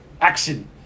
Action